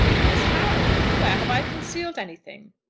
as how! where have i concealed anything?